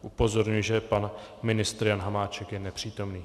Upozorňuji, že pan ministr Jan Hamáček je nepřítomný.